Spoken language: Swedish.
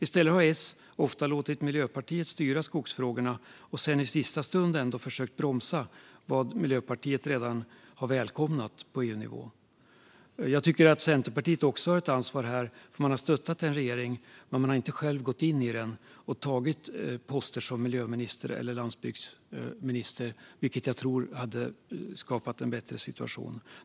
I stället har S ofta låtit Miljöpartiet styra skogsfrågorna och sedan i sista stund försökt bromsa vad Miljöpartiet redan har välkomnat på EU-nivå. Jag tycker att även C här har ett stort ansvar. Man har stöttat en regering utan att själv gå in i den och ta miljöminister eller landsbygdsministerposten, vilket jag tror hade skapat en bättre situation.